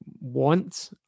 want